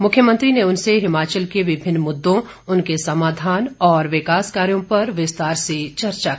मुख्यमंत्री ने उनसे हिमाचल के विभिन्न मुद्दों उनके समाधान और विकास कार्यो पर विस्तार से चर्चा की